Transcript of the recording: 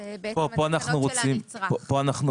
אלה התקנות של הנצרך.